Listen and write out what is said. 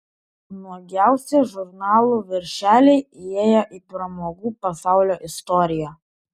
nuogiausi žurnalų viršeliai įėję į pramogų pasaulio istoriją